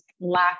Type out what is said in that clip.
lack